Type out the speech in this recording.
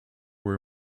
were